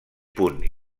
punt